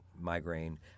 migraine